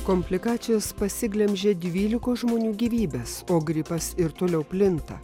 komplikacijos pasiglemžė dvylikos žmonių gyvybes o gripas ir toliau plinta